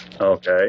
Okay